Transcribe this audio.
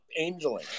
angeling